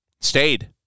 stayed